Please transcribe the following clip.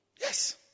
Yes